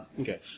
okay